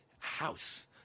House